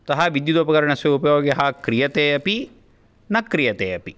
अतः विद्युदुपकरणस्य उपयोगः क्रियते अपि न क्रियते अपि